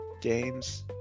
games